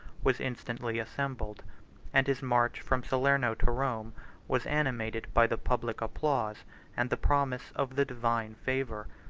was instantly assembled and his march from salerno to rome was animated by the public applause and the promise of the divine favor.